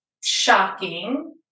shocking